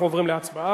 אנחנו עוברים להצבעה.